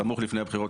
סמוך לפני הבחירות,